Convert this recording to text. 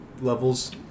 levels